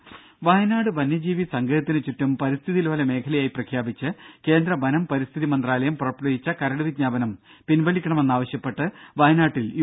ദേദ വയനാട് വന്യജീവി സങ്കേതത്തിന് ചുറ്റും പരിസ്ഥിതി ലോല മേഖലയായി പ്രഖ്യാപിച്ച് കേന്ദ്ര വനം പരിസ്ഥിതി മന്ത്രാലയം പുറപ്പെടുവിച്ച കരട് വിജ്ഞാപനം പിൻവലിക്കണമെന്ന് ആവശ്യപ്പെട്ട് വയനാട്ടിൽ യു